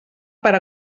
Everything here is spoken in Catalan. per